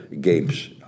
games